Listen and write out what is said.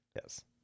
Yes